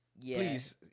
please